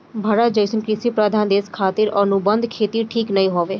भारत जइसन कृषि प्रधान देश खातिर अनुबंध खेती ठीक नाइ हवे